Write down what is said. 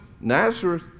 Nazareth